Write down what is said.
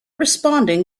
responding